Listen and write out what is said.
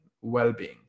well-being